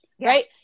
right